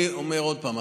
אני אומר עוד פעם.